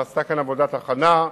נעשתה כאן עבודת הכנה.